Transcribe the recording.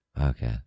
Okay